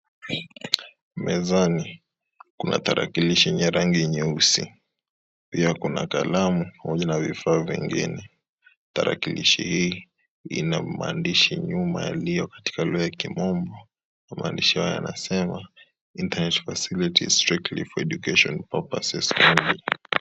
Mezani, kuna tarakilishi yenye rangi nyeusi. Pia kuna kalamu pamoja na vifaa vingine. Tarakilishi hii ina maandishi nyuma yaliyo katika lugha ya kimombo, na maandishi haya yanasema; Internet facility strictly for education purposes only .